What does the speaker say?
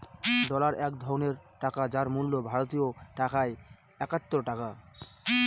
dollar এক ধরনের টাকা যার মূল্য ভারতীয় টাকায় একাত্তর টাকা